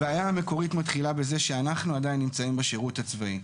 הבעיה המקורית מתחילה בזה שאנחנו עדיין נמצאים בשירות הצבאי.